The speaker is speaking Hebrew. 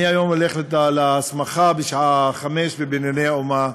היום בשעה 17:00 אני הולך להסמכה ב"בנייני האומה".